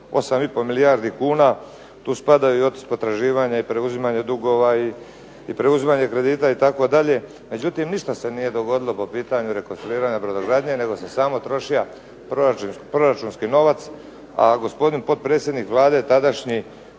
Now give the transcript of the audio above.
8,5 milijuna kuna. Tu spadaju i ... potraživanja i preuzimanja dugova i preuzimanja kredita itd. međutim ništa se nije dogodilo po pitanju rekonstruiranja brodogradnje nego se samo trošio proračunski novaca. A potpredsjednik Vlade tadašnji